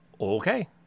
Okay